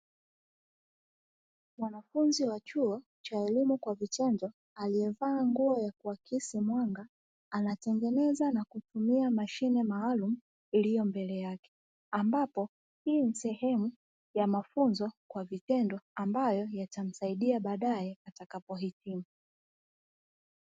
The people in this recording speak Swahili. Mwanafunzi wa chuo cha elimu kwa vitendo aliyevaa nguo ya kuakisi mwanga. Anatengeneza na kutumia mashine maalumu iliyo mbele yake ambapo, hii ni sehemu ya mafunzo kwa vitendo ambayo yatamsaidia baadae atakapo hitimu.